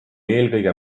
eelkõige